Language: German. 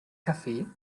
kaffee